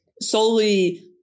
solely